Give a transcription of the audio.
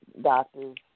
doctors